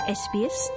sbs